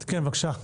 בבקשה.